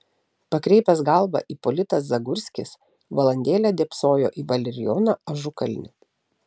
pakreipęs galvą ipolitas zagurskis valandėlę dėbsojo į valerijoną ažukalnį